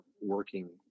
working